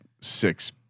six